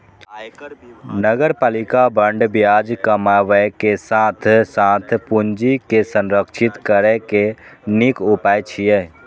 नगरपालिका बांड ब्याज कमाबै के साथ साथ पूंजी के संरक्षित करै के नीक उपाय छियै